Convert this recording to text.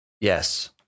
yes